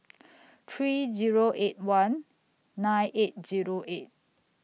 three Zero eight one nine eight Zero eight